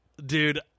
Dude